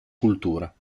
cultura